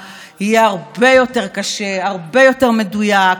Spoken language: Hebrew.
ילדיי, ואחרונה חביבה, רעייתי אביגיל.